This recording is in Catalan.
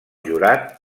jurat